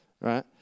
right